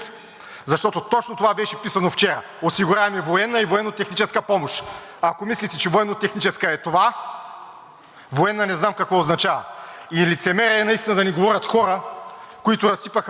военна не знам какво означава. И лицемерие е наистина да ни говорят хора, които разсипаха Българската армия. Екипът на Иван Костов от СДС, който наряза ракетите, който унищожи икономиката, сега да ни обяснява,